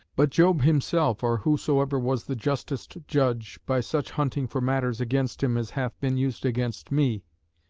but job himself, or whosoever was the justest judge, by such hunting for matters against him as hath been used against me,